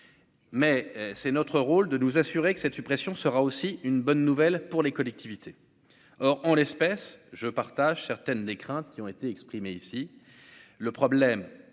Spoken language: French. mais c'est notre rôle de nous assurer que cette suppression sera aussi une bonne nouvelle pour les collectivités, or, en l'espèce, je partage certaines des craintes qui ont été exprimées ici